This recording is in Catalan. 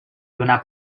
donar